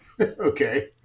Okay